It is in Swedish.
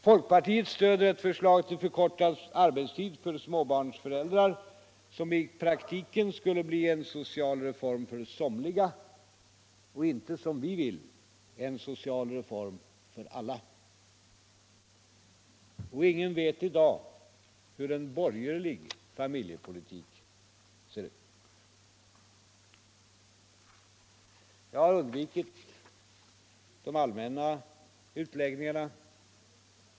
Folkpartiet stöder ett förslag till förkortad arbetstid för småbarnsföräldrar som i praktiken skulle bli en social reform för somliga och inte — som vi vill — en social reform för alla. Ingen vet i dag hur en borgerlig familjepolitik ser ut. Jag har undvikit de allmänna utläggningarna.